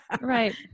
Right